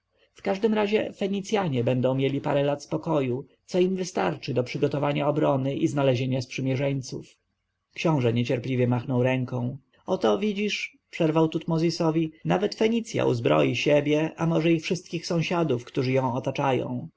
każdym razie fenicjanie będą mieli parę lat spokoju co im wystarczy do przygotowania obrony i znalezienia sprzymierzeńców książę niecierpliwie machnął ręką oto widzisz przerwał tutmozisowi nawet fenicja uzbroi siebie a może i wszystkich sąsiadów którzy ją otaczają